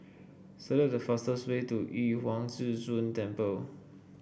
select the fastest way to Yu Huang Zhi Zun Temple